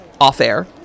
off-air